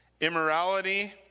immorality